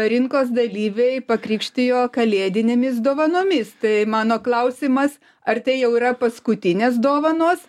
rinkos dalyviai pakrikštijo kalėdinėmis dovanomis tai mano klausimas ar tai jau yra paskutinės dovanos